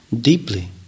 deeply